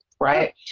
right